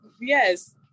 Yes